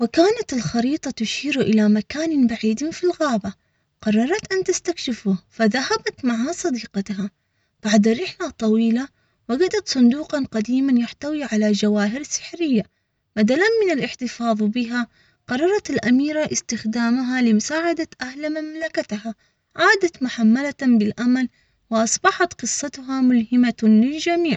وكانت الخريطة تشير إلى مكان بعيد في الغابة، قررت أن تستكشفه، فذهبت مع صديقتها بعد رحلة طويلة وجدت صندوقا قديما يحتوي على جواهر سحرية بدلا من الاحتفاظ بها، قررت الأميرة استخدامها لمساعدة أهل مملكتها عادت.